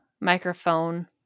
microphone